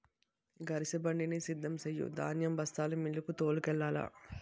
గరిసెబండిని సిద్ధం సెయ్యు ధాన్యం బస్తాలు మిల్లుకు తోలుకెల్లాల